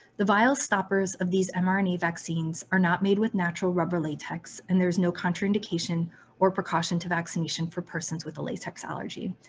the vile stoppers of these mrna vaccines are not made with natural rubber latex. and there is no contraindication or precaution to vaccination for persons with latex allergy.